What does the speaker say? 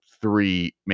three